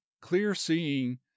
clear-seeing